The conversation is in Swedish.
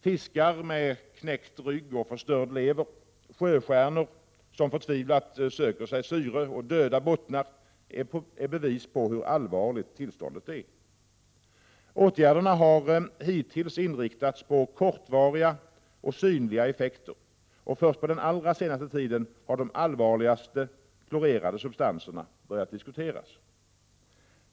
Fiskar med knäckt rygg och förstörd lever, sjöstjärnor som förtvivlat söker sig syre samt döda bottnar är bevis på hur allvarligt tillståndet är. Åtgärderna har hittills inriktats på kortvariga och synliga effekter, och först på den allra senaste tiden har de allvarligaste klorerade substanserna börjat diskuteras.